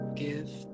give